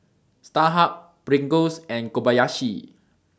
Starhub Pringles and Kobayashi